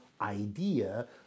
idea